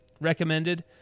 recommended